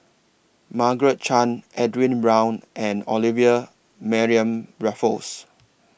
Margaret Chan Edwin Brown and Olivia Mariamne Raffles